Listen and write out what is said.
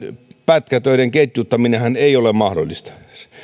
pätkätöiden ketjuttaminen ei ole mahdollista